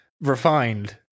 refined